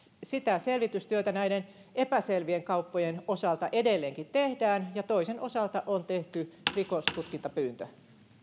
sitä selvitystyötä näiden epäselvien kauppojen osalta edelleenkin tehdään ja toisen osalta on tehty rikostutkintapyyntö